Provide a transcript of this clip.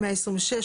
126,